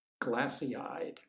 glassy-eyed